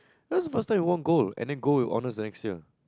that's the first time we won gold and then gold in honors the next year